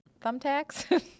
Thumbtacks